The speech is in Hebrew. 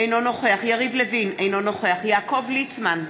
אינו נוכח יריב לוין, אינו נוכח יעקב ליצמן,